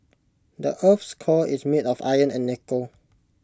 the Earth's core is made of iron and nickel